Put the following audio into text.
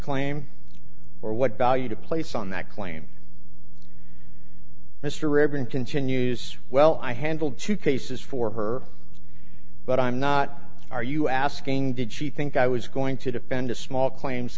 claim or what value to place on that claim mr raeburn continues well i handled two cases for her but i'm not are you asking did she think i was going to defend a small claims